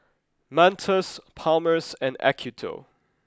Mentos Palmer's and Acuto